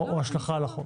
השלכה על החוק?